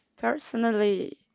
Personally